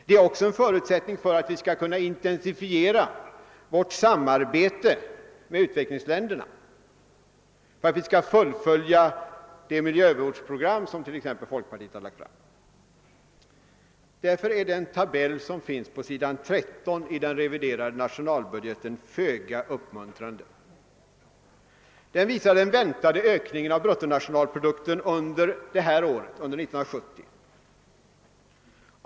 Och det är även en förutsättning för att vi skall kunna intensifiera vårt samarbete med utvecklingsländerna och för att vi skall kunna fullfölja det miljövårdsprogram som t.ex. folkpartiet har lagt fram. Därför är den tabell som återfinns på s. 13 i den reviderade nationalbudgeten föga uppmuntrande. Den visar den väntade ökningen av bruttonationalprodukten under 1970.